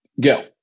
go